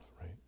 right